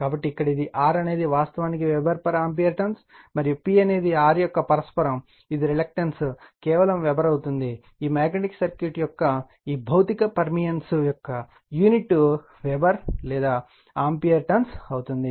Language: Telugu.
కాబట్టి ఇక్కడ ఇది R అనేది వాస్తవానికి వెబర్ ఆంపియర్ టర్న్స్ మరియు P అనేది R యొక్క పరస్పరం ఇది రిలక్టెన్స్ కేవలం వెబెర్ అవుతుంది ఈ మాగ్నెటిక్ సర్క్యూట్ యొక్క ఈ భౌతిక పర్మియన్స్ యొక్క యూనిట్ వెబర్ లేదా ఆంపియర్ టర్న్స్ అవుతుంది